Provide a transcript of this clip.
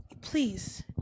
please